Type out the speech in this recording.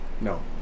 No